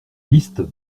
liste